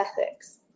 ethics